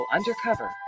Undercover